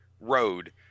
road